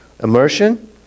Immersion